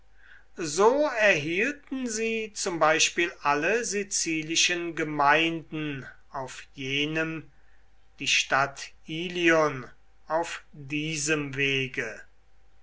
so erhielten sie zum beispiel alle sizilischen gemeinden auf jenem die stadt ilion auf diesem wege